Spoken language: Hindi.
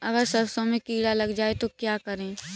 अगर सरसों में कीड़ा लग जाए तो क्या करें?